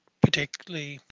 particularly